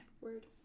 Word